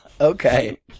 Okay